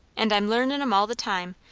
and i'm learnin' em all the time,